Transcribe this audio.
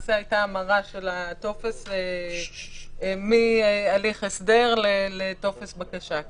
למעשה הייתה המרה של הטופס מהליך הסדר לטופס בקשה.